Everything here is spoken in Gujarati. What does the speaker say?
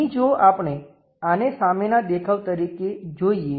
અહીં જો આપણે આને સામેના દેખાવ તરીકે જોઈએ